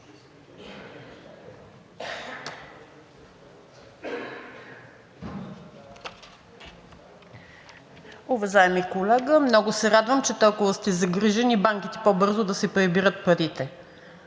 Уважаеми колега, много се радвам, че толкова сте загрижен и банките по-бързо да си прибират парите.